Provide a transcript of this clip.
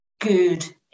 good